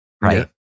right